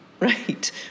Right